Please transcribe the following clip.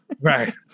Right